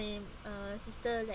uh sister like